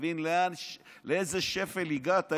תבין לאיזה שפל הגעת.